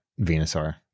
venusaur